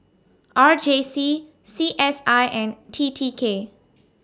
R J C C S I and T T K